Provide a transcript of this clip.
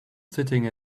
sitting